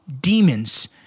demons